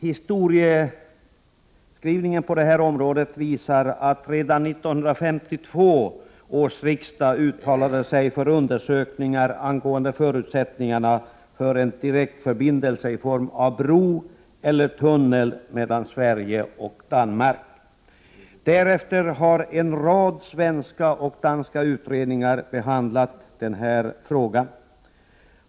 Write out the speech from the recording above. Historieskrivningen visar att redan 1952 års riksdag uttalade sig för undersökningar angående förutsättningarna för en direktförbindelse i form av bro eller tunnel mellan Sverige och Danmark. Därefter har en rad svenska och danska utredningar arbetat med ärendet.